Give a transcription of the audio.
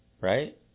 Right